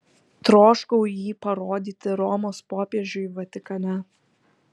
troškau jį parodyti romos popiežiui vatikane